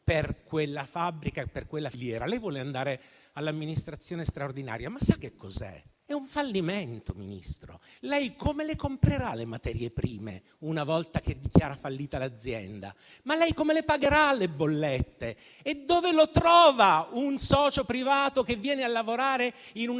per quella fabbrica e per quella filiera. Lei vuole andare all'amministrazione straordinaria. Ma questo, Ministro, è un fallimento. Come comprerà le materie prime una volta che dichiara fallita l'azienda? Come pagherà le bollette? E dove troverà un socio privato che venga a lavorare in